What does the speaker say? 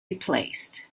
replaced